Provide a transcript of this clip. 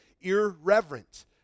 irreverent